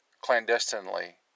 clandestinely